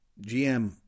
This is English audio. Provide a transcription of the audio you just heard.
GM